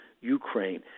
Ukraine